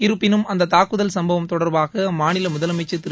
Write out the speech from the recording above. இருப்பினும் அந்த தாக்குதல் சம்பவம் தொடர்பாக அம்மாநில முதலமைச்சர் திரு